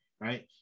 right